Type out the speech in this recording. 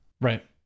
Right